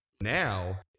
now